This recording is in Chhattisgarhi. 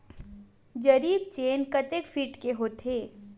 जरीब चेन कतेक फीट के होथे?